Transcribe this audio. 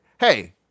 hey